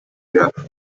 werden